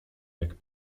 jak